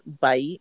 bite